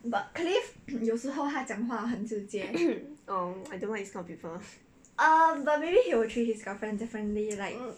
oh I don't like this kind of people